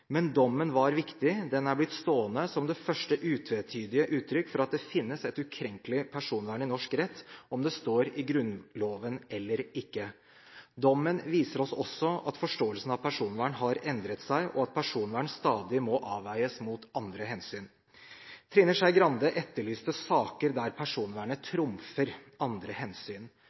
Men dommen var viktig. Den er blitt stående som det første utvetydige uttrykk for at det finnes et ukrenkelig personvern i norsk rett, om det står i Grunnloven eller ikke. Dommen viser oss også at forståelsen av personvern har endret seg, og at personvern stadig må avveies mot andre hensyn. Trine Skei Grande etterlyste saker der personvernet trumfer andre hensyn.